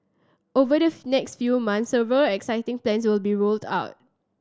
over the next few months several exciting plans will be rolled out